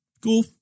cool